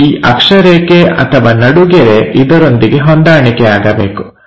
ಮತ್ತು ಈ ಅಕ್ಷರೇಖೆ ಅಥವಾ ನಡುಗೆರೆ ಇದರೊಂದಿಗೆ ಹೊಂದಾಣಿಕೆ ಆಗಬೇಕು